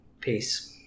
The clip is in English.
peace